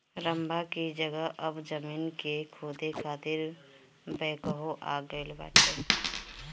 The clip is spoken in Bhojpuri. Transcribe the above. रम्भा की जगह अब जमीन के खोदे खातिर बैकहो आ गईल बाटे